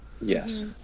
Yes